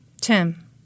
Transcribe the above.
Tim